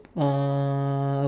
uh